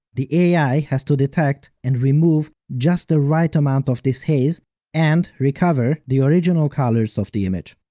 the ai has to detect and remove just the right amount of this haze and recover the original colors of the image.